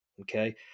okay